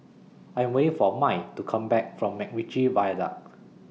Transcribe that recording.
I Am waiting For Mai to Come Back from Macritchie Viaduct